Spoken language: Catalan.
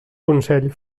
consell